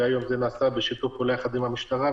והיום זה נעשה בשיתוף פעולה עם המשטרה,